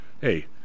Hey